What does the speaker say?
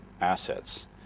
assets